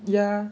yeah